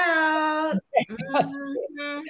out